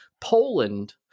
Poland